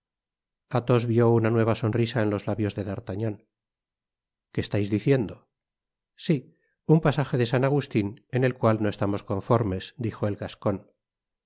vió una nueva sonrisa en los labios de d'artagnan qué estais diciendo sí un pasaje de san agustín en el cual no estamos conformes dijo el gascon